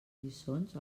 lliçons